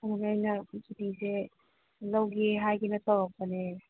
ꯑꯩꯅ ꯁꯨꯇꯤꯁꯦ ꯂꯧꯒꯦ ꯍꯥꯏꯒꯦꯅ ꯇꯧꯔꯛꯄꯅꯦ